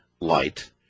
light